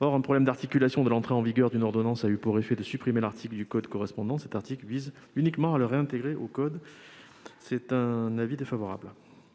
Un problème d'articulation de l'entrée en vigueur d'une ordonnance a eu pour effet de supprimer la disposition du code correspondant. Le présent article vise uniquement à la réintégrer audit code. En conséquence, l'avis est défavorable.